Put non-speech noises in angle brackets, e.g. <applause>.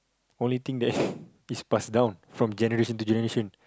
only thing that <breath> is passed down from generation to generation